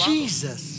Jesus